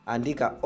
Andika